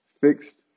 fixed